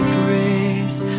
grace